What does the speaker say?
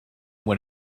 when